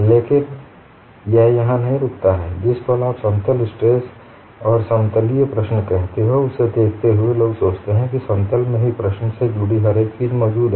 लेकिन यह यहाँ नहीं रुकता जिस पल आप समतल स्ट्रेस और समतलीय प्रश्न कहते हैं उसे देखते हुए लोग सोचते हैं कि समतल में ही प्रश्न से जुड़ी हर चीज मौजूद है